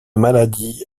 maladie